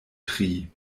tri